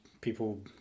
people